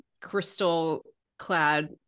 crystal-clad